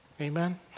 Amen